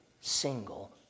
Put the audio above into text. single